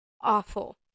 awful